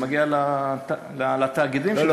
זה מגיע לתאגידים שמתעסקים בזה.